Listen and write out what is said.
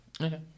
Okay